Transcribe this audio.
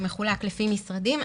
זה מחולק לפי משרדים.